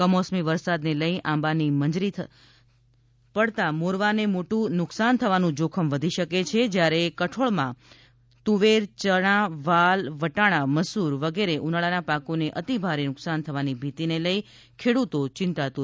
કમોસમી વરસાદને લઈ આંબાની મંજરી થતા મોરવાને મોટું નુકસાન થવાનું જોખમ વધી શકે છે જ્યારે કઠોળ પાકમાં તુવેર ચણાવાલવટાણા મસુર વગેરે ઉનાળાના પાકોને અતિ ભારે નુકસાન થવાની ભીતિને લઈ ખેડૂતો ચિંતાતુર બન્યા છે